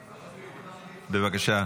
בבקשה.